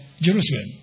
Jerusalem